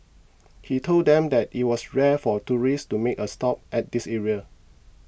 he told them that it was rare for tourists to make a stop at this area